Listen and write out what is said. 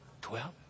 Twelve